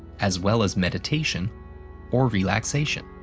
as well as meditation or relaxation.